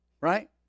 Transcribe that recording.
right